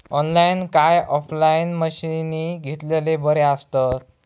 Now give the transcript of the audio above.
Online काय offline मशीनी घेतलेले बरे आसतात?